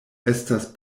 estas